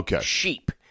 sheep